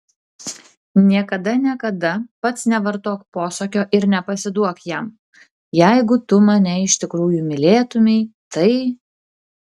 niekada niekada pats nevartok posakio ir nepasiduok jam jeigu tu mane iš tikrųjų mylėtumei tai